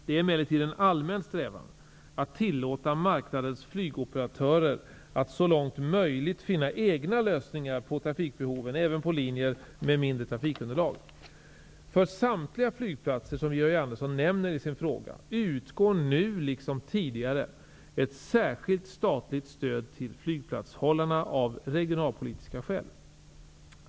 Det är emellertid en allmän strävan att tillåta marknadens flygoperatörer att så långt möjligt finna egna lösningar på trafikbehoven även på linjer med mindre trafikunderlag. För samtliga flygplatser som Georg Andersson nämner i sin fråga utgår nu liksom tidigare ett särskilt statligt stöd till flygplatshållarna av regionalpolitiska skäl.